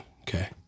okay